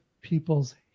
people's